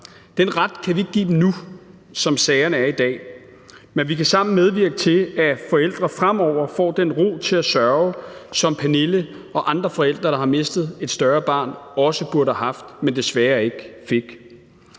Den ret kan vi ikke give dem nu, som sagerne er i dag, men vi kan sammen medvirke til, at forældre fremover får den ro til at sørge, som Pernille og andre forældre, der har mistet et større barn, også burde have haft, men desværre ikke fik.